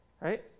Right